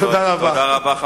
תודה רבה.